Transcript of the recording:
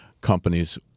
companies